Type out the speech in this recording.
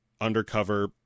undercover